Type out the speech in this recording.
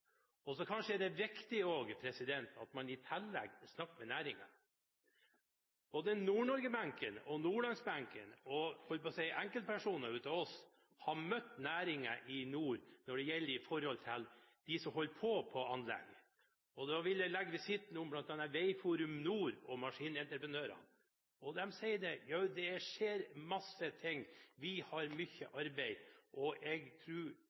også at man i tillegg snakker med næringen. Både Nord-Norge-benken, nordlandsbenken og – jeg holdt på å si – enkeltpersoner blant oss har møtt næringen i nord når det gjelder de som holder på med anlegg. Da vil jeg legge visitten til bl.a. Veiforum Nord og maskinentreprenørene. De sier at det skjer masse ting, vi har mye arbeid. Jeg